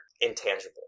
intangible